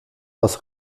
was